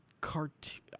cartoon